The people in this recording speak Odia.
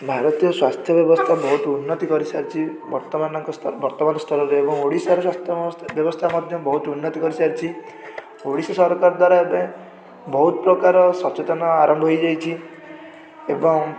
ଭାରତୀୟ ସ୍ୱାସ୍ଥ୍ୟ ବ୍ୟବସ୍ଥା ବହୁତ ଉନ୍ନତି କରିସାରିଛି ବର୍ତ୍ତମାନଙ୍କ ସ୍ତର ବର୍ତ୍ତମାନ ସ୍ତରରେ ଏବଂ ଓଡ଼ିଶାରେ ସ୍ୱାସ୍ଥ୍ୟ ବ୍ୟବସ୍ଥା ମଧ୍ୟ ବହୁତ ଉନ୍ନତି କରିସାରିଛି ଓଡ଼ିଶା ସରକାର ଦ୍ଵାରା ଏବେ ବହୁତପ୍ରକାର ସଚେତନ ଆରମ୍ଭ ହେଇଯାଇଛି ଏବଂ